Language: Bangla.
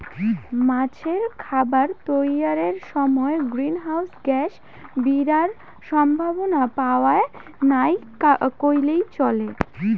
মাছের খাবার তৈয়ারের সমায় গ্রীন হাউস গ্যাস বিরার সম্ভাবনা পরায় নাই কইলেই চলে